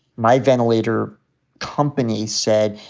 my ventilator company said,